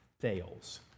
fails